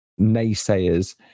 naysayers